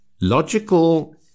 logical